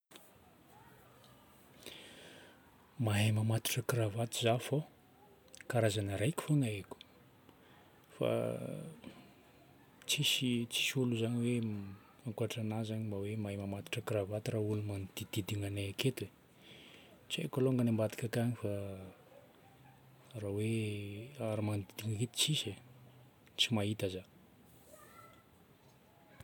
Mahay mamatotra kravato za fô karazagna raiky fôgna haiko. Fa tsisy- tsisy olo zagny hoe, ankoatrana zagny mba hoe mahay mamatotra kravato raha olo magnodidididigna anay aketo e. Tsy haiko alonga any ambadika akany fa raha hoe raha magnodidididigna aketo tsisy e, tsy mahita za.